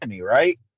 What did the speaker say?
right